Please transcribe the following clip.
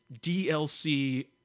dlc